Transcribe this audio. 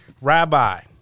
Rabbi